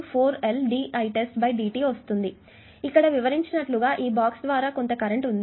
కాబట్టి ఇక్కడ వివరించినట్లుగా ఈ బాక్స్ ద్వారా కొంత కరెంట్ ఉంటుంది